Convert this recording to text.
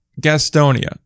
Gastonia